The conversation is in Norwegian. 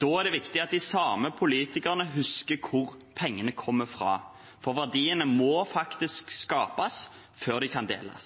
Da er det viktig at de samme politikerne husker hvor pengene kommer fra, for verdiene må faktisk skapes før de kan deles.